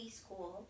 school